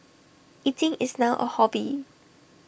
eating is now A hobby